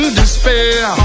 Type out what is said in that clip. despair